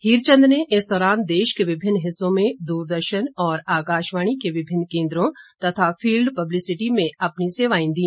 हीरचंद ने इस दौरान देश के विभिन्न हिस्सों में द्रदर्शन और आकशवाणी के विभिन्न केन्द्रों तथा फिल्ड पब्लिसिटी में अपनी सेवाएं दी